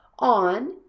on